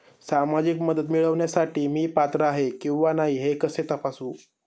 सामाजिक मदत मिळविण्यासाठी मी पात्र आहे किंवा नाही हे कसे तपासू?